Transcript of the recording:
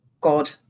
God